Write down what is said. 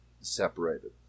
separated